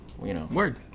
Word